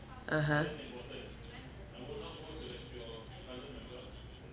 (uh huh)